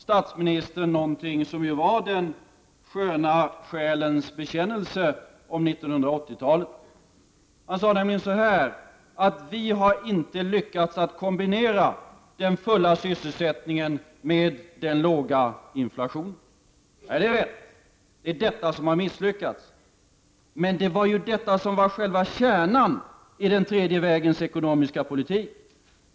Statsministern sade också något som var en skön själs bekännelse om 1980-talet. Han sade nämligen att man inte har lyckats kombinera den fulla sysselsättningen med den låga inflationen. Nej, det är rätt. Detta har misslyckats. Det var detta som var själva kärnan i den tredje vägens ekonomiska politik.